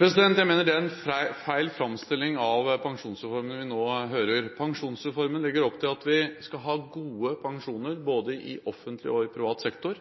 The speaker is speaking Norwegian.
Jeg mener det er en feil framstilling av pensjonsreformen vi nå hører. Pensjonsreformen legger opp til at vi skal ha gode pensjoner både i offentlig og i privat sektor,